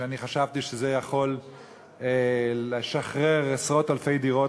שחשבתי שיכול לשחרר עשרות אלפי דירות